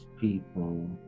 people